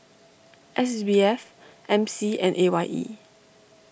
S B F M C and A Y E